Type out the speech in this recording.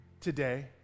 today